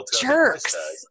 jerks